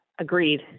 agreed